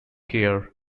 care